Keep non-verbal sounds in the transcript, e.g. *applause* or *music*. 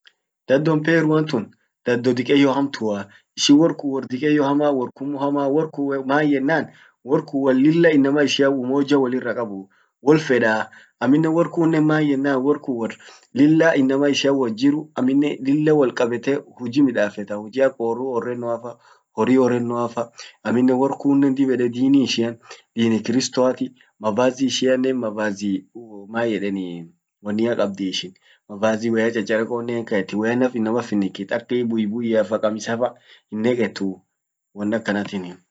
Dhadon Peruan tun, dhado dikkeyyo hamtua. Ishin wor kun wor dikkeyyo hama, wor kummo hamawor kun mayenan wor kun won lilla inama ishian umoja wollira kabu, wol fedaa. Amminen wor kunnen mayenan wor kun won lilla inama ishian wot jiru amminen lilla wol kabete huji midafetaa. huji ak orru orrennoa, horri horrenoafa. amminen wor kunnen dib ede dini ishian dini kristoati. mavazi ishianen, mavazi < hesitation. mayeden wonnia kabdi ishin, mavazi woyya chacharekonen hinkayeti. woyya naf inama finikit ak *hesitation* buibuiafa, kamisfa hinneketuu.